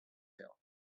hill